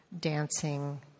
dancing